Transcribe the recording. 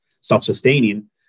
self-sustaining